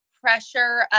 pressure